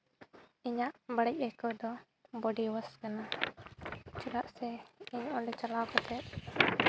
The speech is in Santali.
ᱤᱧᱟᱹᱜ ᱵᱟᱹᱲᱤᱡ ᱟᱹᱭᱠᱟᱹᱣ ᱫᱚ ᱵᱚᱰᱤ ᱚᱣᱟᱥ ᱠᱟᱱᱟ ᱪᱮᱫᱟᱜ ᱥᱮ ᱤᱧ ᱚᱸᱰᱮ ᱪᱟᱞᱟᱣ ᱠᱟᱛᱮ